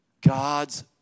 God's